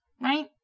right